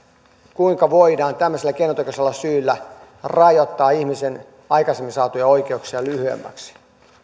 kuinka voidaan tämmöisellä keinotekoisella syyllä rajoittaa ihmisen aikaisemmin saatuja oikeuksia lyhyemmäksi